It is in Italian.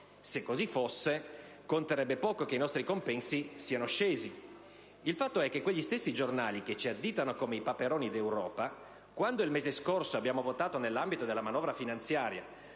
Se così fosse, conterebbe poco che i nostri compensi siano scesi. Il fatto è che quegli stessi giornali che ci additano come i Paperoni d'Europa, quando il mese scorso abbiamo votato, nell'ambito della manovra finanziaria,